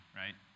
right